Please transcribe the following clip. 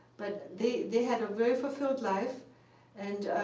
but they they had a very fulfilled life and